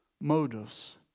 motives